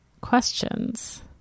questions